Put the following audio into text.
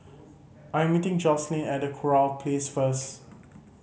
I'm meeting Joselyn at Kurau Place first